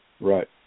Right